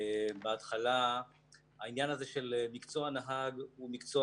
בהתחלה העניין הזה של מקצוע נהג הוא מקצוע